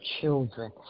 children